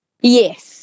Yes